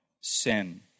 sin